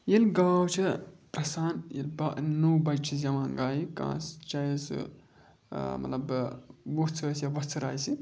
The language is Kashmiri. ییٚلہِ گاو چھِنَہ پرٛٮ۪سان ییٚلہِ با نوٚو بَچہِ چھِ زِوان گایہِ کانٛہہ چاہے سُہ ملب وۄژھ آسہِ یا وۄژھٕر آسہِ